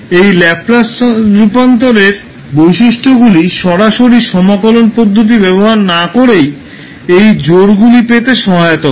এই ল্যাপ্লাস রূপান্তরের বৈশিষ্ট্যগুলি সরাসরি সমাকলন পদ্ধতি ব্যবহার না করেই এই জোড়গুলি পেতে সহায়তা করে